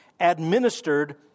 administered